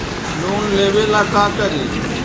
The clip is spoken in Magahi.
लोन लेबे ला का करि?